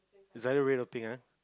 is either red or pink ah